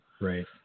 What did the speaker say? right